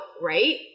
right